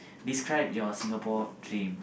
describe your Singapore dream